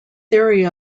theory